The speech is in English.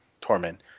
Torment